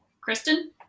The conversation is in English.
Kristen